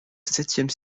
septième